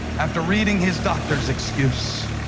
after reading his doctor's excuse,